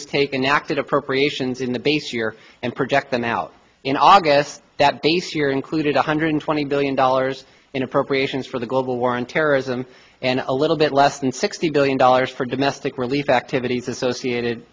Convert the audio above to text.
is take an active appropriations the base year and project them out in august that base year included one hundred twenty billion dollars in appropriations for the global war on terrorism and a little bit less than sixty billion dollars for domestic relief activities associated